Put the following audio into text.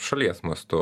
šalies mastu